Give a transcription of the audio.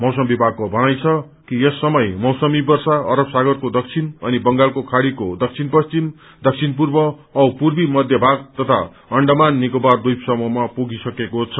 मौसम विभागको भनाई छ कि यस समय मौसमी वर्षा अरब सागरको दक्षिण अनि बंगालको खाड़ीको दक्षिण पश्चिम दक्षिण पूर्व औ पूर्वी मध्य भाग तथ अण्डमान निकोबार द्वीप समूहमा पुगिसकेको छ